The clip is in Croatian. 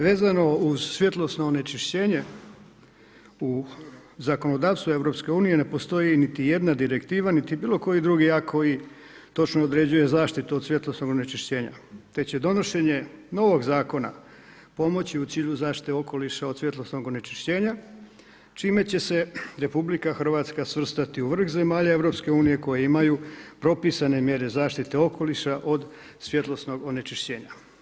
Vezano uz svjetlosno onečišćenje, u zakonodavstvu EU-a ne postoji niti jedna direktiva niti bilokoji drugi a koji točno određuje zaštitu od svjetlosnog onečišćenja te će donošenje novog zakona pomoći u cilju zaštite okoliša od svjetlosnog onečišćenja čime će se RH svrstati u vrh EU-a koje imaju propisane mjere zaštite okoliša od svjetlosnog onečišćenja.